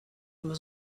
was